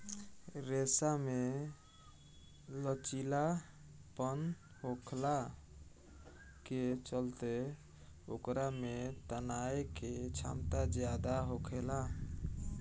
रेशा में लचीलापन होखला के चलते ओकरा में तनाये के क्षमता ज्यादा होखेला